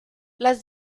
las